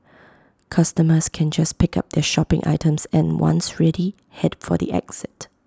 customers can just pick up their shopping items and once ready Head for the exit